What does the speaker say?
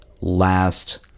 last